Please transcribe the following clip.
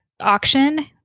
auction